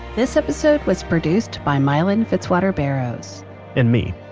this episode was produced by miellyn fitzwater barrows and me.